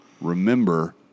remember